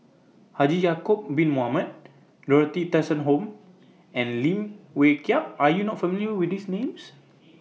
Haji Ya'Acob Bin Mohamed Dorothy Tessensohn and Lim Wee Kiak Are YOU not familiar with These Names